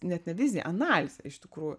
net ne viziją analizę iš tikrųjų